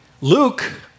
Luke